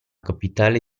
capitale